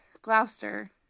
Gloucester